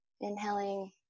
Inhaling